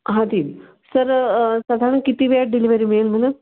हां तीन सर साधारण किती वेळात डिलेवरी मिळेल मला